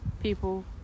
people